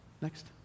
Next